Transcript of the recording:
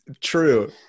true